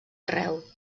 arreu